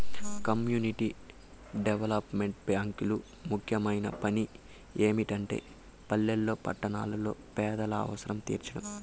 community development బ్యేంకులు ముఖ్యమైన పని ఏమిటంటే పల్లెల్లో పట్టణాల్లో పేదల అవసరం తీర్చడం